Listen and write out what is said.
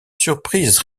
surprise